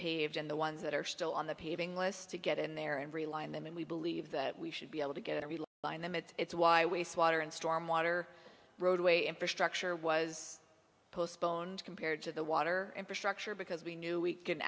paved and the ones that are still on the paving list to get in there and realign them and we believe that we should be able to get a real bind them it's why waste water and storm water roadway infrastructure was postponed compared to the water infrastructure because we knew we can